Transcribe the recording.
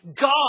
God